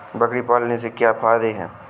बकरी पालने से क्या फायदा है?